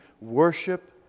worship